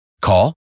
Call